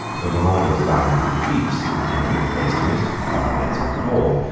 the marauder's line of retreat seemed to have embraced most of the flower beds on the lawn,